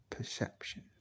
Perception